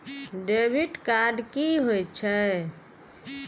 Debit card कि होई छै?